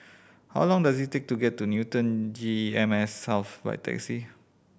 how long does it take to get to Newton G E M S South by taxi